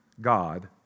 God